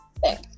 Thank